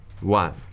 one